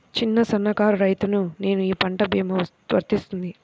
చిన్న సన్న కారు రైతును నేను ఈ పంట భీమా వర్తిస్తుంది?